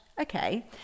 Okay